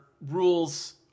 rules